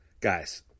guys